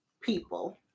people